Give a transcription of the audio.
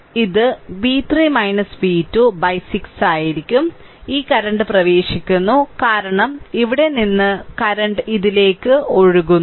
അതിനാൽ ഇത് v3 v2 by 6 ആയിരിക്കും ഈ കറന്റ് പ്രവേശിക്കുന്നു കാരണം ഇവിടെ നിന്ന് കറന്റ് ഇതിലേക്ക് ഒഴുകുന്നു